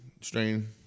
strain